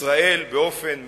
ישראל באופן מאוחד,